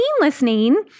listening